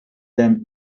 them